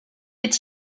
est